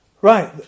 Right